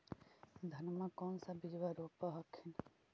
धनमा कौन सा बिजबा रोप हखिन?